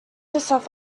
herself